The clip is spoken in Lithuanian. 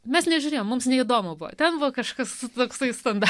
mes nežiūrėjome mums neįdomu buvo ten va kažkas suplaks laisvame